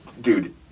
Dude